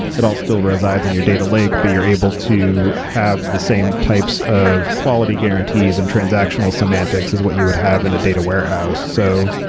it all still resides in your data lake, but you're able to have the same types of quality guarantees and transactional semantics is what you would have been and a data warehouse. so,